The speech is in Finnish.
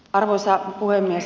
arvoisa puhemies